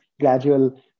gradual